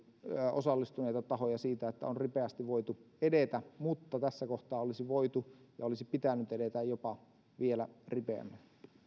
osallistuneita tahoja siitä että on ripeästi voitu edetä mutta tässä kohtaa olisi voitu ja olisi pitänyt edetä jopa vielä ripeämmin